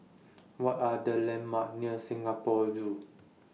What Are The landmarks near Singapore Zoo